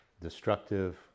destructive